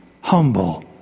humble